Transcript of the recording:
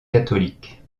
catholique